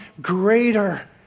greater